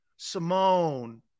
Simone